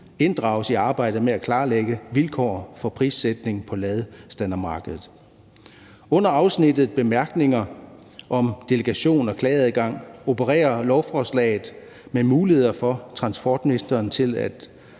inddrages i arbejdet med at klarlægge vilkår for prissætning på ladestandermarkedet. I bemærkningerne under afsnittet »Delegation og klageadgang« opererer lovforslaget med muligheder for transportministeren til, at